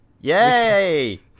Yay